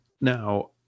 Now